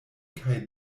kaj